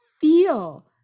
feel